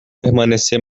permanecer